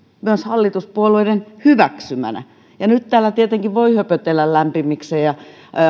myös hallituspuolueiden hyväksymänä nyt täällä tietenkin voi höpötellä lämpimikseen ja